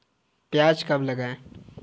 प्याज कब लगाएँ?